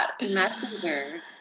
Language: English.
messenger